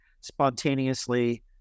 spontaneously